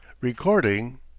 Recording